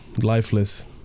lifeless